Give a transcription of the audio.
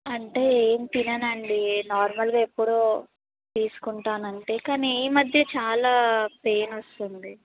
అంటే ఏం తినను అండి నార్మల్గా ఎప్పుడో తీసుకుంటాను అంటే కానీ ఈమధ్య చాలా పెయిన్ వస్తుంది